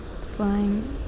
flying